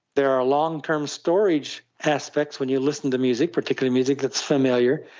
there are long-term storage aspects when you listen to music, particularly music that's familiar,